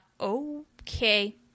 okay